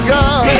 God